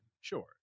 Sure